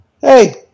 Hey